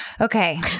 Okay